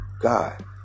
God